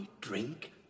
drink